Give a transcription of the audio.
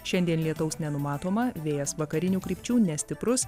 šiandien lietaus nenumatoma vėjas vakarinių krypčių nestiprus